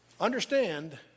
Understand